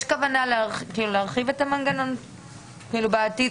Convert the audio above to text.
יש כוונה להרחיב את המנגנון בעתיד,